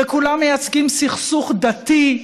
וכולם מייצגים סכסוך דתי,